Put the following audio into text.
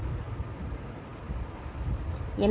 என்றால் B H QH A